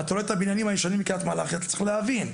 ואתה רואה את הבניינים הישנים בקריית מלאכי אתה צריך להבין,